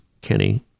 Kenny